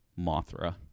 Mothra